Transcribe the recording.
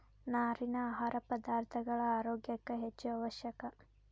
ನಾರಿನ ಆಹಾರ ಪದಾರ್ಥಗಳ ಆರೋಗ್ಯ ಕ್ಕ ಹೆಚ್ಚು ಅವಶ್ಯಕ